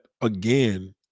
Again